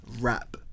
rap